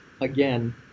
again